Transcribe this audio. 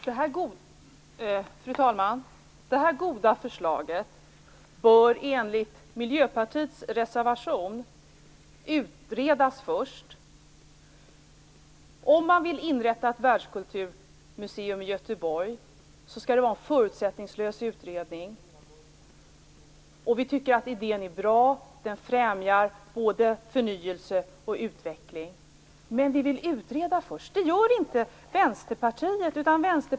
Fru talman! Det goda förslaget bör enligt Miljöpartiets reservation utredas först. Om man vill inrätta ett världskulturmuseum i Göteborg måste det göras en förutsättningslös utredning. Vi tycker att idén är bra. Den främjar både förnyelse och utveckling. Men vi vill utreda först, och det vill inte Vänsterpartiet.